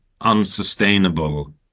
unsustainable